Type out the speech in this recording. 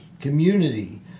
community